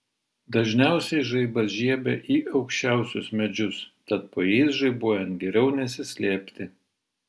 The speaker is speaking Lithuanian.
dažniausiai žaibas žiebia į aukščiausius medžius tad po jais žaibuojant geriau nesislėpti